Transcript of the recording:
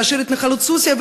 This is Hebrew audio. כאשר ההתנחלות סוסיא,